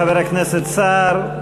חבר הכנסת סער,